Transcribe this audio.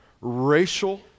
Racial